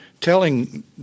telling